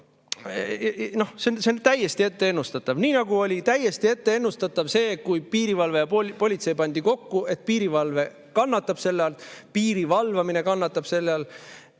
see on täiesti ette ennustatav. Nii nagu oli täiesti ette ennustatav see, kui piirivalve ja politsei pandi kokku, et piirivalve kannatab selle all, et piiri valvamine kannatab selle